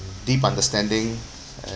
deep understanding